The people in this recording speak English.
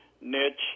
niche